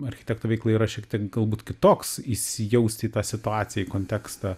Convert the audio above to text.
architekto veiklai yra šiek tiek galbūt kitoks įsijaust į tą situaciją į kontekstą